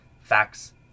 facts